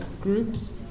groups